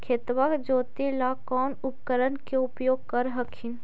खेतबा जोते ला कौन उपकरण के उपयोग कर हखिन?